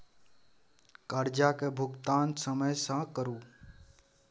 करजाक भूगतान समय सँ करु